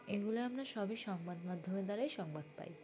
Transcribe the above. এগুলো আমরা সবই সংবাদ মাধ্যমের দ্বারাই সংবাদ পাই